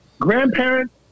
grandparents